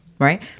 Right